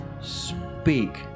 Speak